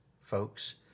folks